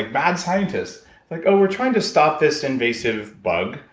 ah mad scientist like, oh, we're trying to stop this invasive bug,